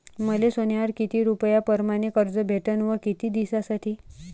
मले सोन्यावर किती रुपया परमाने कर्ज भेटन व किती दिसासाठी?